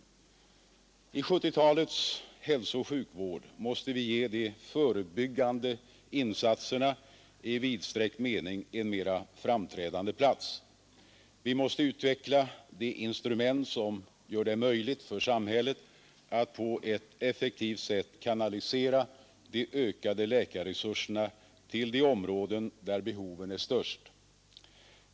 I 1970-talets hälsooch sjukvård måste vi ge de förebyggande insatserna i vidsträckt mening en mera framträdande plats. Vi måste utveckla de instrument som gör det möjligt för samhället att på ett effektivt sätt kanalisera de ökande läkarresurserna till de områden där behoven är störst.